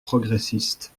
progressistes